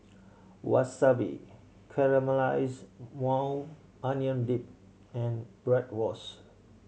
Wasabi Caramelized Maui Onion Dip and Bratwurst